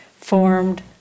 formed